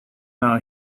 now